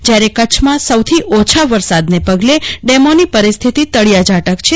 જયારે કચ્છમાં સૌથી ઓછા વરસાદને પગલે ડેમોની પરિસ્થિતિ તળિયા ઝાટક છે